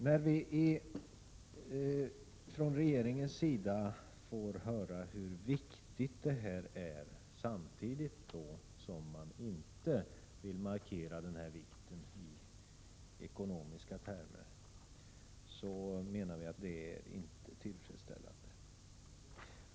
När regeringen talar om hur viktiga dessa åtgärder är samtidigt som den inte vill markera det i ekonomiska termer, är det inte tillfredsställande.